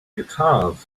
guitars